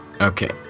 okay